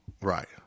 right